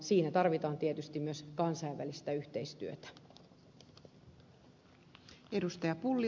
siinä tarvitaan tietysti myös kansainvälistä yhteistyötä